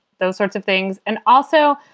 those sorts of things. and also.